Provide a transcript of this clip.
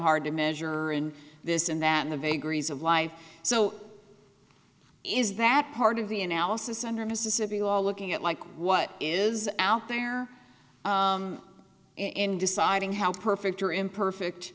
hard to measure in this in that the vagaries of life so is that part of the analysis under mississippi law looking at like what is out there in deciding how perfect or imperfect